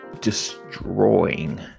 destroying